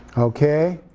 okay?